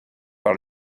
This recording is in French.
par